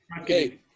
Okay